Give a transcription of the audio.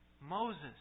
Moses